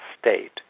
state